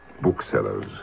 booksellers